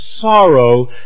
sorrow